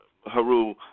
Haru